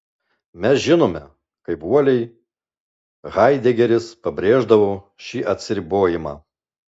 mes žinome kaip uoliai haidegeris pabrėždavo šį atsiribojimą